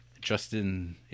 Justin